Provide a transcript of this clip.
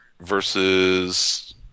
versus